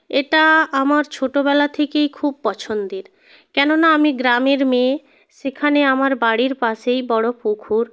এটা আমার ছোটোবেলা থেকেই খুব পছন্দের কেননা আমি গ্রামের মেয়ে সেখানে আমার বাড়ির পাশেই বড় পুকুর